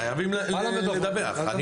חייבים לדווח.